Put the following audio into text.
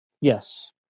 Yes